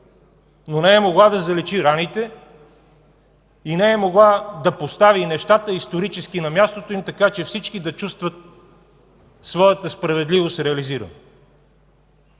но не е могла да заличи раните и да постави нещата исторически на мястото им, така че всички да чувстват своята справедливост реализирана.